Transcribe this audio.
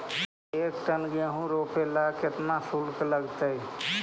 एक टन गेहूं रोपेला केतना शुल्क लगतई?